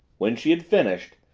when she had finished,